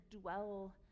dwell